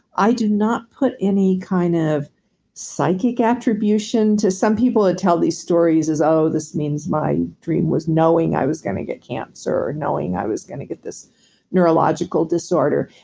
i do not put any kind of psychic attribution to some people that tell these stories as oh, this means my dream was knowing i was going to get cancer, or knowing i was going to get this neurological disorder.